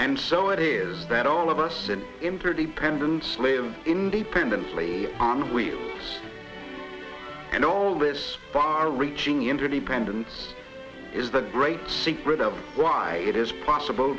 and so it is that all of us an interdependent slave independently on wheels and all this far reaching interdependence is the great secret of why it is possible